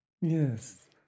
Yes